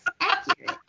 accurate